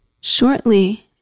Shortly